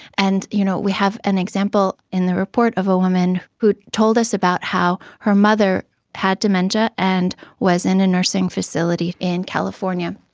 and you know we have an example in the report of a woman who told us about how her mother had dementia and was in a nursing facility in california.